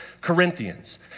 Corinthians